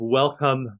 welcome